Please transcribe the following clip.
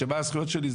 מה הזכויות שלי,